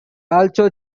also